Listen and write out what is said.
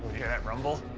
hear that rumble?